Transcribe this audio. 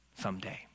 someday